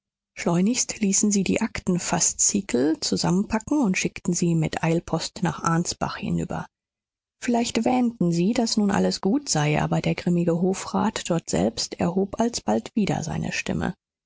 schleunigst ließen sie die aktenfaszikel zusammenpacken und schickten sie mit eilpost nach ansbach hinüber vielleicht wähnten sie daß nun alles gut sei aber der grimme hofrat dortselbst erhob alsbald wieder seine stimme